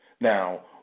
Now